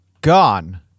gone